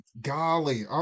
golly